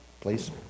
please